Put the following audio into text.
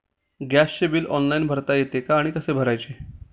गॅसचे bill online भरता येते का आणि कसे भरायचे?